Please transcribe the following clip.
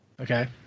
Okay